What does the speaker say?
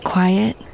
Quiet